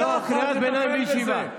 קריאת ביניים בישיבה.